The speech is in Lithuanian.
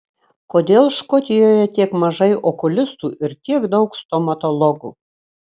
kodėl škotijoje tiek mažai okulistų ir tiek daug stomatologų